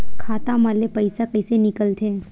खाता मा ले पईसा कइसे निकल थे?